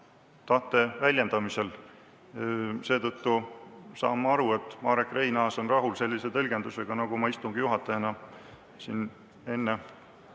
tahte väljendamisel. Seetõttu saan ma aru, et Marek Reinaas on rahul sellise tõlgendusega, nagu ma istungi juhatajana siin enne